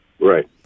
right